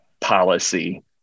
policy